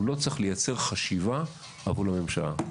הוא לא צריך לייצר חשיבה עבור הממשלה.